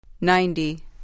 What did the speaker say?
ninety